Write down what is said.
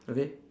okay